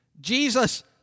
Jesus